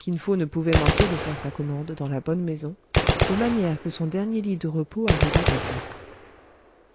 kin fo ne pouvait manquer de faire sa commande dans la bonne maison de manière que son dernier lit de repos arrivât à temps